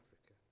Africa